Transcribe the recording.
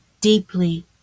deeply